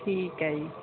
ਠੀਕ ਹੈ ਜੀ